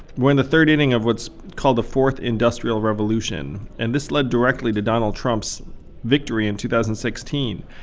we're in the third inning of what's called the fourth industrial revolution. and this led directly to donald trump's victory in two thousand and sixteen.